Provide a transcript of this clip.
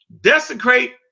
desecrate